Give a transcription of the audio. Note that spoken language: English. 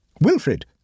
Wilfred